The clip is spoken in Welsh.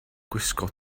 gwisgo